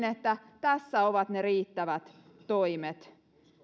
että tässä ovat ne riittävät toimet